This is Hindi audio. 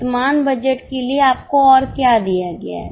वर्तमान बजट के लिए आपको और क्या दिया गया है